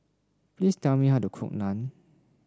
please tell me how to cook Naan